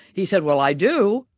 he said, well, i do.